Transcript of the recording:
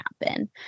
happen